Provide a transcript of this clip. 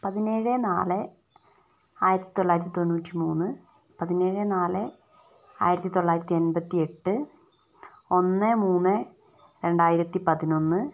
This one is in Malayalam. പതിനേഴ് നാല് ആയിരത്തി തൊള്ളായിരത്തി തൊണ്ണൂറ്റി മൂന്ന് പതിനേഴ് നാല് ആയിരത്തി തൊള്ളായിരത്തി എൺപത്തിയെട്ട് ഒന്ന് മൂന്ന് രണ്ടായിരത്തി പതിനൊന്ന്